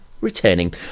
Returning